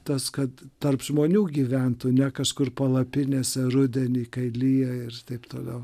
tas kad tarp žmonių gyventų ne kažkur palapinėse rudenį kai lyja ir taip toliau